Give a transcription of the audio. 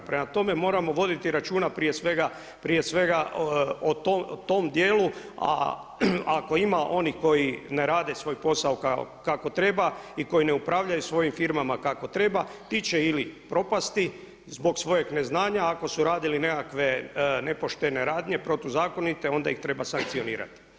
Prema tome, moramo voditi računa prije svega o tom dijelu, a ako ima onih koji ne rade svoj posao kako treba i tko ne upravljaju svojim firmama kako treba ti će ili propasti zbog svojeg neznanja ako su radili nekakve nepoštene radnje, protuzakonite onda ih treba sankcionirati.